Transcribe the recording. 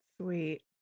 sweet